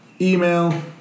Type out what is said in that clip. email